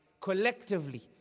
collectively